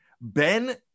Ben